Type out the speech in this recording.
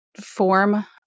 form